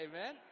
amen